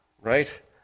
right